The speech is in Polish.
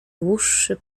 dłuższy